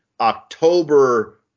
October